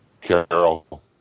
Carol